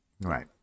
right